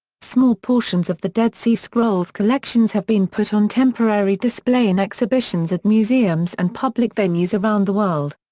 small portions of the dead sea scrolls collections have been put on temporary display in exhibitions at museums and public venues around the world.